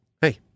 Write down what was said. Hey